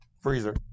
freezer